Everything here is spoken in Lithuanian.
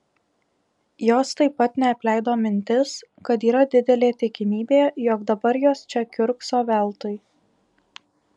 jos taip pat neapleido mintis kad yra didelė tikimybė jog dabar jos čia kiurkso veltui